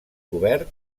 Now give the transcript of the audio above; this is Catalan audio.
cobert